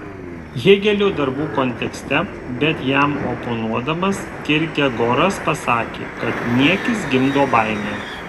hėgelio darbų kontekste bet jam oponuodamas kirkegoras pasakė kad niekis gimdo baimę